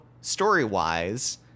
story-wise